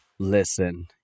Listen